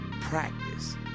practice